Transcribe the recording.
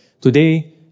Today